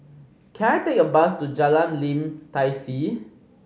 can I take a bus to Jalan Lim Tai See